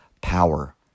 power